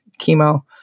chemo